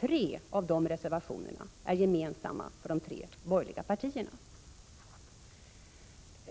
Tre av de reservationerna är gemensamma för de tre borgerliga partierna.